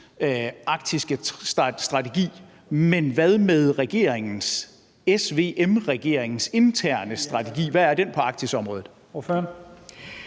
arktiske strategi, men hvad med SVM-regeringens interne strategi – hvad er den på Arktisområdet?